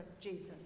Jesus